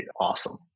awesome